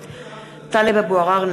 (קוראת בשמות חברי הכנסת) טלב אבו עראר,